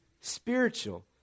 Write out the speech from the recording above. spiritual